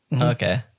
Okay